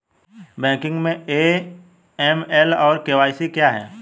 Banking में AML और KYC क्या हैं?